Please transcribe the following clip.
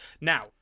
Now